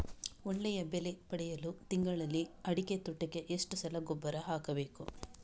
ಒಳ್ಳೆಯ ಬೆಲೆ ಪಡೆಯಲು ತಿಂಗಳಲ್ಲಿ ಅಡಿಕೆ ತೋಟಕ್ಕೆ ಎಷ್ಟು ಸಲ ಗೊಬ್ಬರ ಹಾಕಬೇಕು?